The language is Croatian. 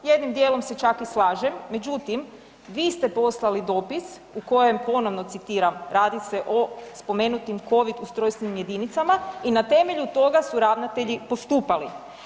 Jednim djelom se čak i slažem međutim, vi ste poslali dopis u kojem ponovno citiram „radi se o spomenutim COVID ustrojstvenim jedinicama“ i na temelju toga su ravnatelji postupali.